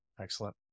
Excellent